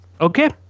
Okay